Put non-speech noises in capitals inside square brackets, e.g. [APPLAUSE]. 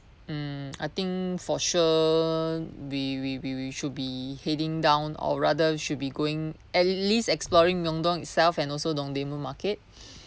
mm I think for sure we we we we should be heading down or rather should be going at least exploring myeongdong itself and also dongdaemun market [BREATH]